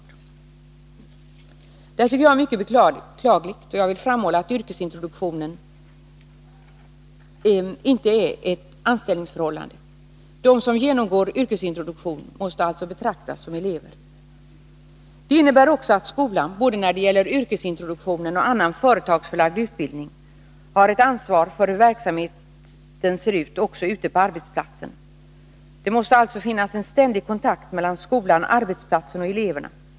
Det här tycker jag är mycket beklagligt och jag vill framhålla att yrkesintroduktionen inte är ett anställningsförhållande. De som genomgår yrkesintroduktion måste alltså betraktas som elever. Det innebär också att skolan, både när det gäller yrkesintroduktionen och annan företagsförlagd utbildning, har ett ansvar för hur verksamheten ser ut också ute på arbetsplatsen. Det måste alltså finnas en ständig kontakt mellan skolan, arbetsplatsen och eleverna.